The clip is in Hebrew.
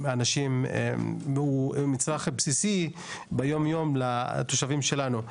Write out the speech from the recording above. היא מצרך בסיסי ביום יום לתושבים שלנו.